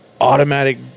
automatic